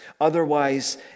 Otherwise